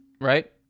right